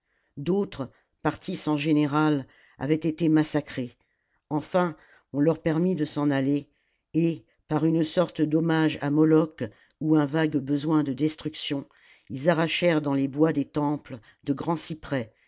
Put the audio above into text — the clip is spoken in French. d'autres partis sans général avaient été massacrés enfin on leur permit de s'en aller et par une sorte d'hommage à moloch ou un vague besoin de destruction ils arrachèrent dans les bois des temples de grands cyprès